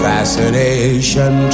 Fascination